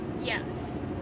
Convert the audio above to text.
Yes